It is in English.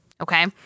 Okay